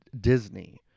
Disney